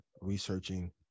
researching